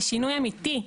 לשינוי אמיתי.